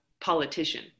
politician